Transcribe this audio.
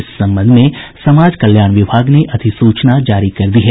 इस संबंध में समाज कल्याण विभाग ने अधिसूचना जारी कर दी है